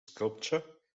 sculpture